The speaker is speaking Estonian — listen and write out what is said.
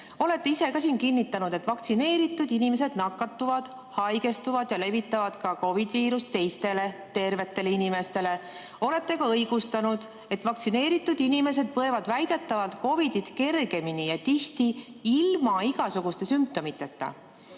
Olete ise ka siin kinnitanud, et vaktsineeritud inimesed nakatuvad, haigestuvad ja levitavad COVID‑viirust teistele, tervetele inimestele. Olete ka õigustanud, et vaktsineeritud inimesed põevad väidetavalt COVID‑it kergemini ja tihti ilma igasuguste sümptomiteta.